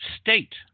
state